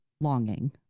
longing